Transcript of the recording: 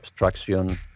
abstraction